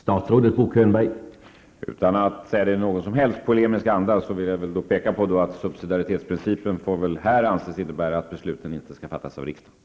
Herr talman! Utan att vara polemisk vill jag peka på att subsidäritetsprincipen i detta sammanhang får anses innebära att besluten inte skall fattas av riksdagen.